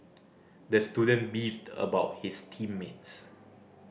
the student beefed about his team mates